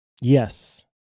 Yes